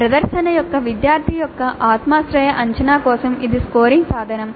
ప్రదర్శన యొక్క విద్యార్థి యొక్క ఆత్మాశ్రయ అంచనా కోసం ఇది స్కోరింగ్ సాధనం